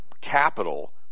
capital